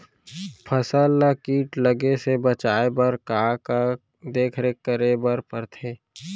फसल ला किट लगे से बचाए बर, का का देखरेख करे बर परथे?